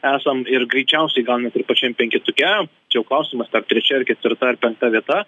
esam ir greičiausiai gal net ir pačiam penketuke čia jau klausimas ar trečia ar ketvirta ar penkta vieta